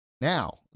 Now